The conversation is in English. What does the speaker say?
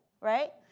right